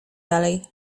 dalej